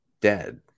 dead